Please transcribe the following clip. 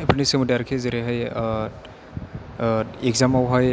बेफोरनि सोमोन्दै आरिखि जेरैहाय इगजामावहाय